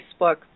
Facebook